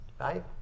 right